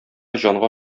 җанга